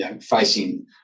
facing